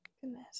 Goodness